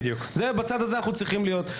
בצד הזה אנחנו צריכים להיות.